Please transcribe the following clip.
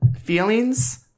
Feelings